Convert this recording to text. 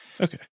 Okay